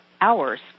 hours